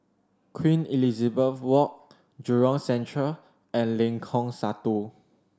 Queen Elizabeth Walk Jurong Central and Lengkong Satu